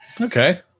okay